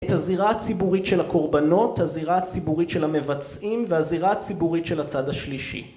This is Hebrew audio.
את הזירה הציבורית של הקורבנות, הזירה הציבורית של המבצעים והזירה הציבורית של הצד השלישי